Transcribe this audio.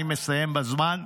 אני מסיים בזמן.